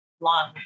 long